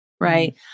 Right